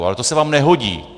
Ale to se vám nehodí!